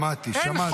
שמעתי, שמעתי.